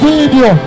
Video